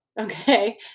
Okay